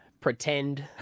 Pretend